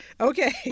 Okay